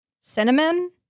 cinnamon